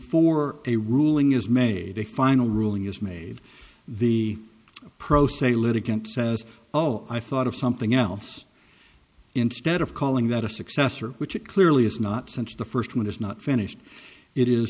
before a ruling is made a final ruling is made the pro se litigant says oh i thought of something else instead of calling that a successor which it clearly is not since the first one is not finished it is